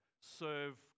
serve